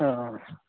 ಹಾಂ ಹಾಂ